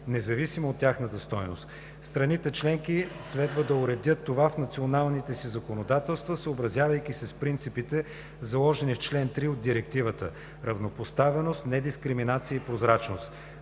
независимо от тяхната стойност. Страните членки следва да уредят това в националните си законодателства, съобразявайки се с принципите, заложени в чл. 3 от Директивата – равнопоставеност, недискриминация и прозрачност.